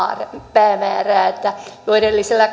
päämääräänsä edellisellä